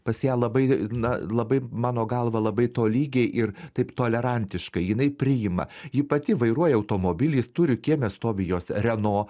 pas ją labai na labai mano galva labai tolygiai ir taip tolerantiškai jinai priima ji pati vairuoja automobilį jis turi kieme stovi jos reno